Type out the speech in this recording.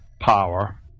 power